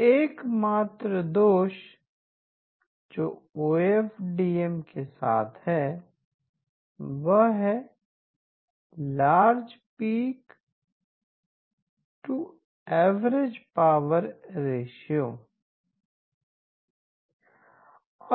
एकमात्र दोष जो ओएफडीएम के साथ है वह है large peak to average power ratio